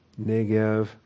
Negev